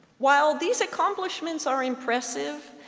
while these accomplishments are impressive,